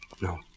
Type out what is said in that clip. No